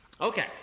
Okay